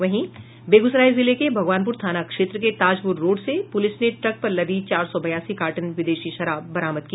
वहीं बेगूसराय जिले के भगवानपुर थाना क्षेत्र के ताजपुर रोड से पुलिस ने ट्रक पर लदी चार सौ बयासी कार्टन विदेशी शराब बरामद की